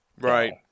Right